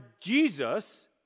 Jesus